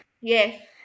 Yes